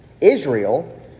Israel